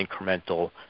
incremental